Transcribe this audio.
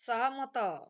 ସହମତ